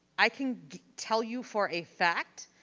i can tell you for a fact,